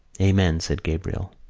amen, said gabriel.